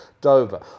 Dover